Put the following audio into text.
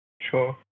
Sure